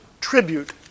tribute